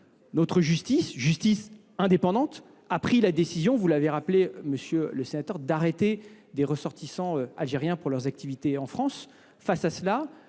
Notre justice, justice indépendante, a pris la décision, vous l'avez rappelé monsieur le sénateur, d'arrêter des ressortissants algériens pour leurs activités en France. Face à cela,